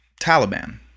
Taliban